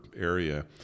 area